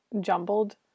jumbled